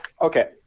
Okay